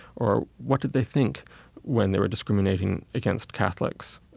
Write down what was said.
or what did they think when they were discriminating against catholics?